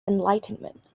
enlightenment